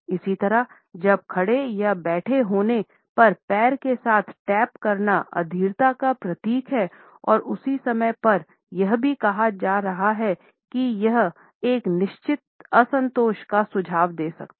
इसी तरह जब खड़े या बैठे होने पर पैर के साथ टैप करना अधीरता का प्रतीक है और उसी समय पर यह भी कहा जा रहा है की यह एक निश्चित अंसतोष का सुझाव दे सकता है